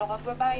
לא רק בבית,